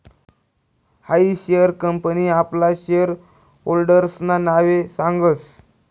हायी share company आपला शेयर होल्डर्सना नावे सांगस